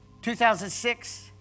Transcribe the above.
2006